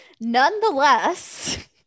Nonetheless